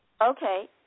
Okay